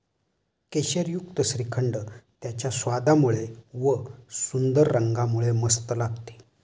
केशरयुक्त श्रीखंड त्याच्या स्वादामुळे व व सुंदर रंगामुळे मस्त लागते